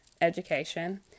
education